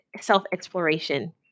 self-exploration